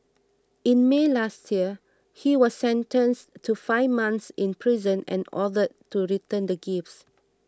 in May last year he was sentenced to five months in prison and ordered to return the gifts